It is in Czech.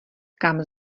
kam